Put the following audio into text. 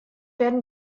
werden